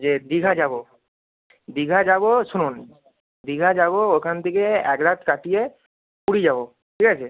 যে দীঘা যাব দীঘা যাব শুনুন দীঘা যাব ওখান থেকে এক রাত কাটিয়ে পুরী যাব ঠিক আছে